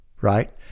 right